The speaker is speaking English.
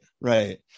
Right